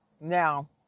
Now